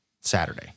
Saturday